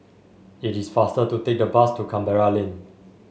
it is faster to take the bus to Canberra Lane